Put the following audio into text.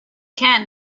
can